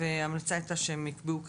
ההמלצה הייתה שהם יקבעו קריטריונים.